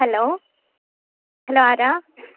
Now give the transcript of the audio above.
hello hello ആരാ